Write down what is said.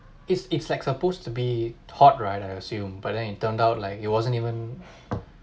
it's it's like supposed to be taught right I assume but then it turned out like it wasn't even